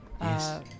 Yes